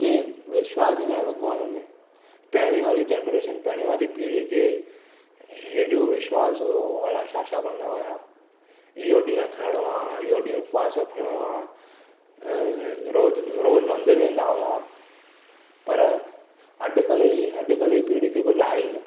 खे विश्वास ई न आहे भॻवान में पहिरियूं वारी जनरेशन पहिरियूं वारी पीढ़ी खे हेॾियो विश्वास हुओ अलाए छा छा कंदा हुआ इहो ॾींहुं न खाइणो आहे इहो ॾींहुं उपवास रखिणो आहे रोज़ रोज़ मंदर वेंदा हुआ पर अॼुकल्ह जी अॼुकल्ह जी पीढ़ी खे कुझु आहे ई न